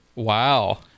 Wow